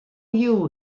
you